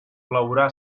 plourà